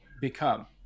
become